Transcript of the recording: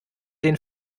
den